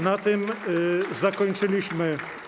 Na tym zakończyliśmy.